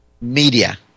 media